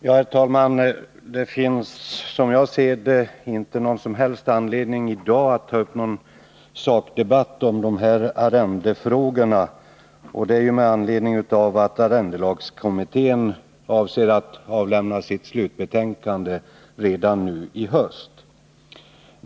Herr talman! Det finns, som jag ser det, inte någon som helst anledning att i dag ta upp någon sakdebatt om arrendefrågorna. Arrendelagskommittén avser ju att avlämna sitt slutbetänkande redan i höst.